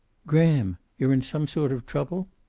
graham, you're in some sort of trouble?